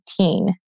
2018